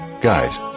guys